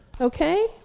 Okay